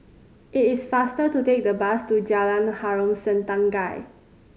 it is faster to take the bus to Jalan Harom Setangkai